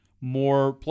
More